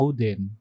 Odin